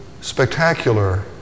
spectacular